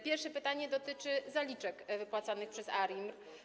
Pierwsze pytanie dotyczy zaliczek wypłacanych przez ARiMR.